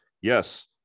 Yes